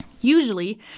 Usually